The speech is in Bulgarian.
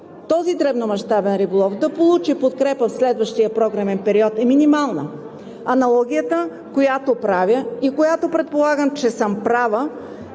този дребномащабен риболов да получи подкрепа в следващия програмен период е минимална. Аналогията, която правя и в която предполагам, че съм права,